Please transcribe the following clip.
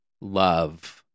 love